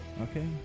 okay